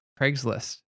Craigslist